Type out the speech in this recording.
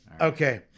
Okay